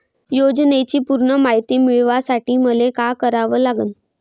योजनेची पूर्ण मायती मिळवासाठी मले का करावं लागन?